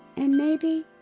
and maybe.